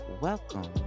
Welcome